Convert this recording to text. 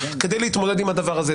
כדי להתמודד עם הדבר הזה.